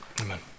amen